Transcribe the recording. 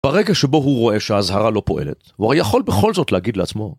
ברגע שבו הוא רואה שההזהרה לא פועלת, הוא הרי יכול בכל זאת להגיד לעצמו.